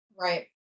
Right